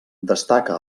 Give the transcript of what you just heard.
destaca